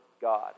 God